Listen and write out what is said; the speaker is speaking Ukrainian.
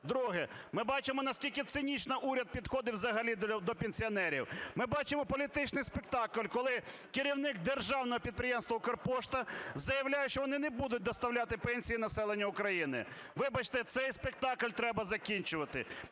Друге. Ми бачимо, наскільки цинічно уряд підходив взагалі до пенсіонерів. Ми бачимо політичний спектакль, коли керівник державного підприємства "Укрпошта" заявляє, що вони не будуть доставляти пенсії населенню України. Вибачте, цей спектакль треба закінчувати.